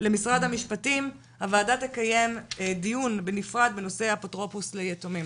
למשרד המשפטים הוועדה תקיים דיון בנפרד בנושא האפוטרופוס ליתומים.